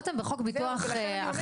היולדות הן בחוק ביטוח אחר.